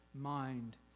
mind